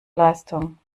leistung